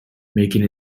making